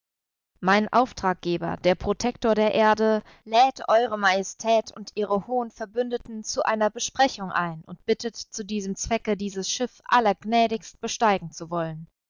mein auftraggeber der protektor der erde lädt ew majestät und ihre hohen verbündeten zu einer besprechung ein und bittet zu diesem zwecke dieses schiff allergnädigst besteigen zu wollen